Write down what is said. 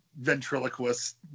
ventriloquist